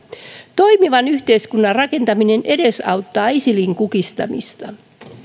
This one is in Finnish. toimivan yhteiskunnan rakentaminen edesauttaa isilin kukistamista